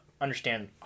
understand